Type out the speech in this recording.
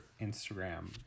Instagram